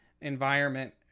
environment